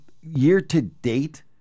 year-to-date